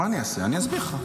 מה אני אעשה, אני אסביר לך.